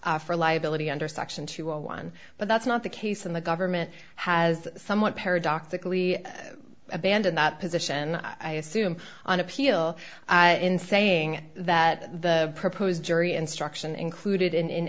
for liability under section two or one but that's not the case and the government has somewhat paradoxically abandoned that position i assume on appeal in saying that the proposed jury instruction included in